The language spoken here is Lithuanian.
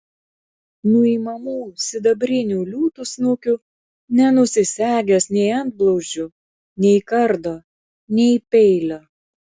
nuimamų sidabrinių liūtų snukių nenusisegęs nei antblauzdžių nei kardo nei peilio